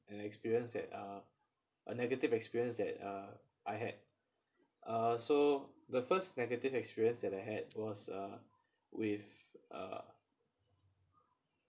an experience that uh a negative experience that uh I had uh so the first negative experience that I had was a with a